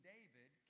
David